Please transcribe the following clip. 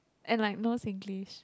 and like no Singlish